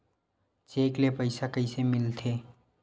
Cheque ले पईसा कइसे मिलथे?